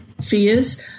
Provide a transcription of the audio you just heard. fears